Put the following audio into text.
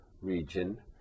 region